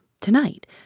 tonight